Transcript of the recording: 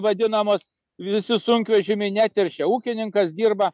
vadinamos visi sunkvežimiai neteršia ūkininkas dirba